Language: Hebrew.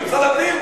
משרד הפנים?